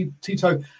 Tito